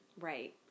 Right